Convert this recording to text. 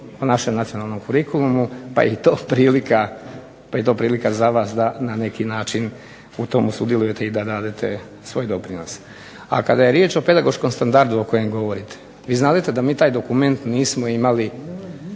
našem nacionalnom kurikulumu, pa je i to prilika za vas da na neki način u tomu sudjelujete i da dadete svoj doprinos. A kada je riječ o pedagoškom standardu o kojem govorite, vi znadete da mi taj dokument nismo imali